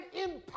impact